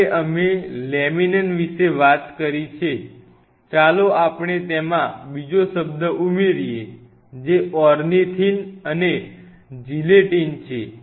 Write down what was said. હવે અમે લેમિનીન વિશે વાત કરી છે ચાલો આપણે તેમાં બીજો શબ્દ ઉમેરીએ જે ઓર્નિથિન અને જિલેટીન છે